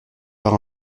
par